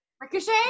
ricochet